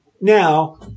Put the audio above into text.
Now